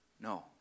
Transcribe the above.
No